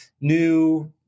new